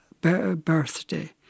birthday